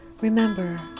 Remember